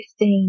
15